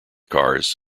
cars